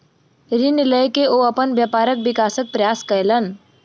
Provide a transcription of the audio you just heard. ऋण लय के ओ अपन व्यापारक विकासक प्रयास कयलैन